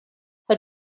her